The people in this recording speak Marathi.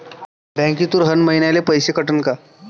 बँकेतून हर महिन्याले पैसा कटन का?